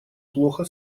плохо